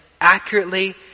accurately